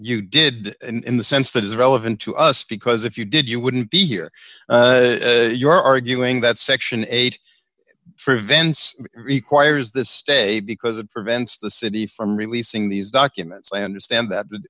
you did in the sense that is relevant to us because if you did you wouldn't be here you're arguing that section eight prevents requires this stay because it prevents the city from releasing these documents and stand that